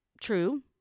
True